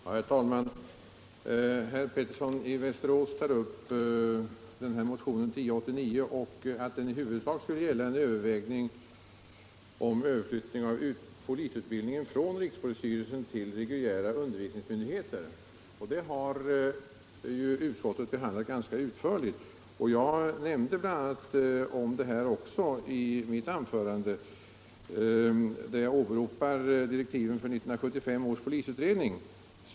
Herr talman! Herr Pettersson i Västerås talar om motionen 1089 och om att den i huvudsak skulle gälla ett övervägande om överflyttning av polisutbildningen från rikspolisstyrelsen till reguljära undervisningsmyndigheter. Det har utskottet behandlat ganska utförligt, och jag nämnde också detta i mitt anförande, där jag åberopade direktiven för 1975 års polisutredning.